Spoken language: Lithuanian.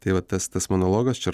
tai va tas tas monologas čia